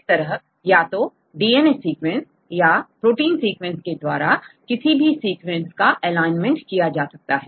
इस तरह या तो डीएनए सीक्वेंस या प्रोटीन सीक्वेंस के द्वारा किसी भी सीक्वेंस का एलाइनमेंट किया जा सकता है